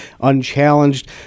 unchallenged